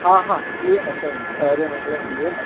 हा हा थी वेंदव साईं अरिड़हें महीने थी वेंदा